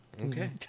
Okay